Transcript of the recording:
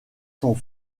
sont